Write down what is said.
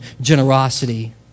generosity